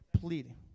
pleading